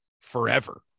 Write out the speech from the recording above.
forever